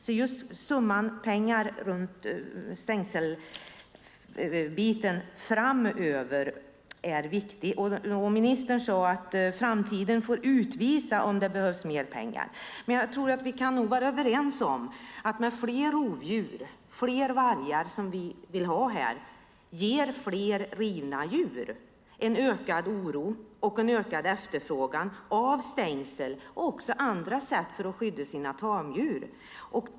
Kostnaden för stängslen är viktig framöver. Ministern sade att framtiden får utvisa om det behövs mer pengar. Men jag tror nog att vi kan vara överens om att fler rovdjur och fler vargar, som vi vill ha här, ger fler rivna djur, en ökad oro och en ökad efterfrågan på stängsel och även andra sätt att skydda sina tamdjur.